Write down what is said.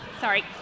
Sorry